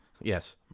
Yes